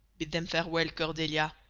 bid them farewell, cordelia,